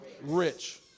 rich